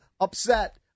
upset